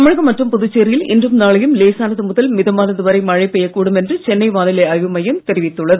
தமிழகம் மற்றும் புதுச்சேரியில் இன்றும் நாளையும் லேசானது முதல் மிதமானது வரை மழை பெய்யக் கூடும் என்று சென்னை வானிலை ஆய்வு மையம் தெரிவித்துள்ளது